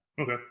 Okay